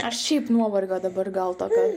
aš šiaip nuovargio dabar gal tokio